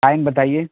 time بتائیے